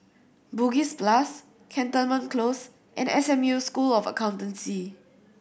Bugis plus Cantonment Close and S M U School of Accountancy